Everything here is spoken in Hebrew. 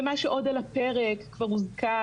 ומה שעוד על הפרק כבר הוזכר,